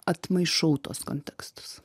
atmaišau tuos kontekstus